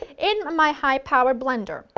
in my high powered blender,